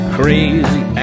crazy